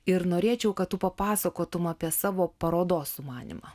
ir norėčiau kad papasakotum apie savo parodos sumanymą